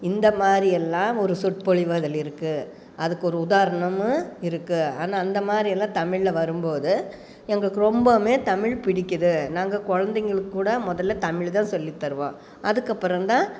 இந்த மாதிரி எல்லாம் ஒரு சொற்பொழிவதல் இருக்குது அதுக்கு ஒரு உதாரணமும் இருக்குது ஆனால் அந்த மாதிரியெல்லாம் தமிழில் வரும் போது எங்களுக்கு ரொம்பவும் தமிழ் பிடிக்கிது நாங்கள் குழந்தைங்களுக்கூட முதல்ல தமிழ் தான் சொல்லி தருவோம் அதுக்கப்புறந்தான்